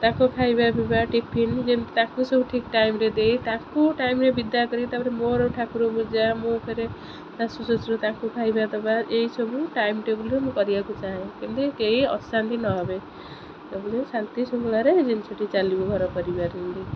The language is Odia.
ତାଙ୍କ ଖାଇବା ପିଇବା ଟିଫିନ୍ ଯେମିତି ତାକୁ ସବୁ ଠିକ୍ ଟାଇମ୍ରେ ଦେଇ ତାକୁ ଟାଇମ୍ରେ ବିଦା କରି ତା'ପରେ ମୋର ଠାକୁର ପୂଜା ମୋ ଫେରେ ଶାଶୁ ଶ୍ୱଶୁର ତାଙ୍କୁ ଖାଇବା ଦେବା ଏଇସବୁ ଟାଇମ୍ ଟେବୁଲ୍ରେ ମୁଁ କରିବାକୁ ଚାହେଁ କେମିତି କେହି ଅଶାନ୍ତି ନହେବେ ଶାନ୍ତି ଶୁଣାରେ ଜିନିଷଟି ଚାଲିବୁ ଘର କରିବାର